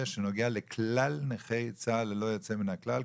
שנוגע לכלל נכי צה"ל ללא יוצאים מן הכלל,